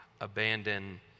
abandon